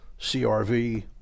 CRV